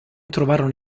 trovarono